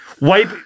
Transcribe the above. wipe